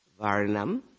varnam